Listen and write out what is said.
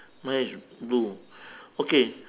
mine is blue okay